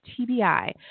TBI